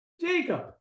Jacob